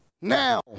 now